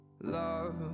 love